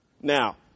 Now